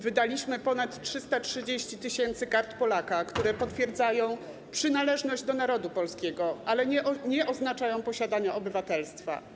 Wydaliśmy ponad 330 tys. Kart Polaka, które potwierdzają przynależność do narodu polskiego, ale nie oznaczają posiadania obywatelstwa.